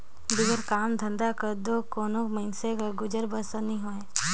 बिगर काम धंधा कर दो कोनो मइनसे कर गुजर बसर नी होए